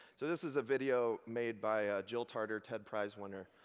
so this is a video made by jill tarter, ted prize winner,